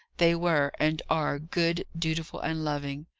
they were, and are good, dutiful, and loving.